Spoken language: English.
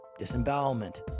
disembowelment